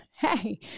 Hey